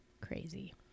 crazy